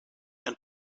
and